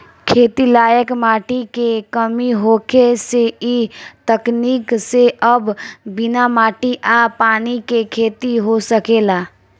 खेती लायक माटी के कमी होखे से इ तकनीक से अब बिना माटी आ पानी के खेती हो सकेला